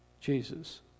Jesus